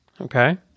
Okay